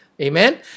Amen